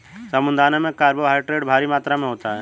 साबूदाना में कार्बोहायड्रेट भारी मात्रा में होता है